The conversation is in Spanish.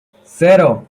cero